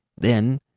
Then